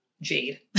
Jade